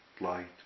light